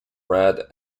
red